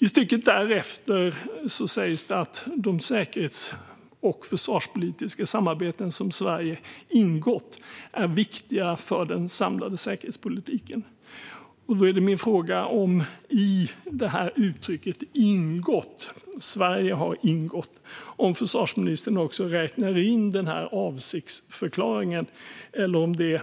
I stycket därefter står det att de säkerhets och försvarspolitiska samarbeten som Sverige har ingått är viktiga för den samlade säkerhetspolitiken. Då är min fråga om försvarsministern i uttrycket "ingått" - att Sverige har ingått - också räknar in avsiktsförklaringen eller om det